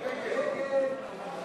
אם כן, סעיף